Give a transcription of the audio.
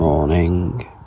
Morning